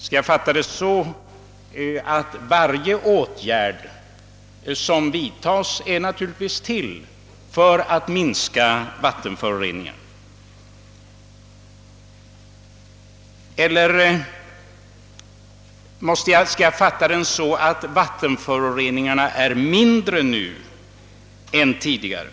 Skall jag fatta det så att varje åtgärd som vidtages naturligtvis är till för att minska vattenföroreningarna, eller skall jag fatta det skrivna så att vattenföroreningarna är mindre nu än tidigare?